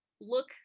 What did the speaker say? look